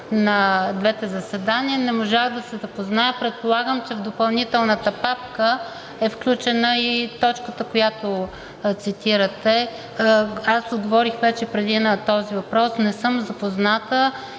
на двете заседания. Не можах да се запозная, но предполагам, че в допълнителната папка е включена и точката, която цитирате. Аз отговорих преди на този въпрос – не съм запозната